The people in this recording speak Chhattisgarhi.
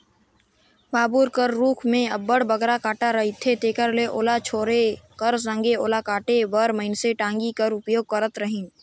बबूर कर रूख मे अब्बड़ बगरा कटा रहथे तेकर ले ओला छोले कर संघे ओला काटे बर मइनसे टागी कर उपयोग करत रहिन